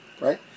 right